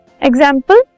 example